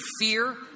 fear